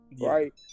Right